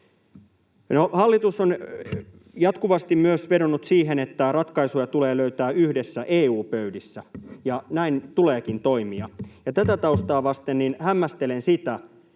hallitus on jatkuvasti vedonnut myös siihen, että ratkaisuja tulee löytää yhdessä EU-pöydissä, ja näin tuleekin toimia. Ja tätä taustaa vasten hämmästelen sitä,